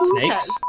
Snakes